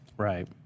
Right